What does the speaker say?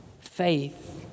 Faith